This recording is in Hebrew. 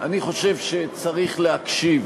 אני חושב שצריך להקשיב.